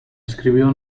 escribió